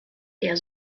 der